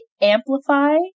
amplify